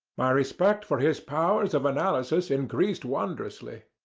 my respect for his powers of analysis increased wondrously.